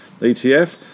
ETF